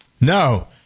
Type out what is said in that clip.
no